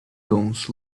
loans